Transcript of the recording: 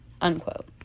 unquote